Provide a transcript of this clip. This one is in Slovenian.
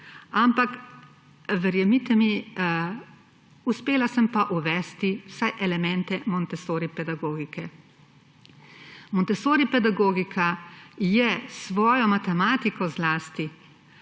Ampak, verjemite mi, uspela sem pa uvesti vsaj elemente montessori pedagogike. Montessori pedagogika je s svojo matematiko zlasti